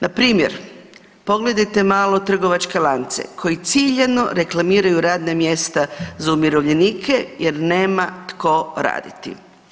Npr. pogledajte malo trgovačke lance koji ciljano reklamiraju radna mjesta za umirovljenike jer nema tko raditi.